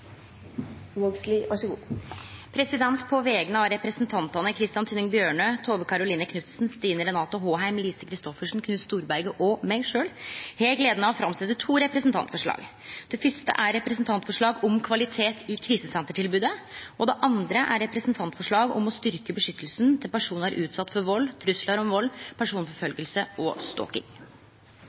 Vågslid vil framsette to representantforslag. På vegner av representantane Christian Tynning Bjørnø, Tove Karoline Knutsen, Stine Renate Håheim, Lise Christoffersen, Sonja Mandt, Knut Storberget og meg sjølv har eg gleda av å setje fram to representantforslag. Det fyrste er representantforslag om kvalitet i krisesentertilbodet, og det andre er representantforslag om å styrkje beskyttelsen til personar utsette for vald, truslar om vald, personforfølging og